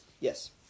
Yes